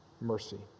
mercy